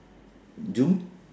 do